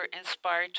inspired